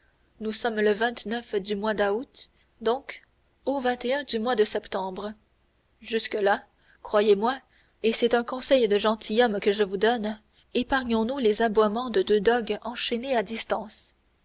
nous sommes le du mois d'août donc au mois de septembre jusque-là croyez-moi et c'est un conseil de gentilhomme que je vous donne épargnons nous les aboiements de deux dogues enchaînés à distance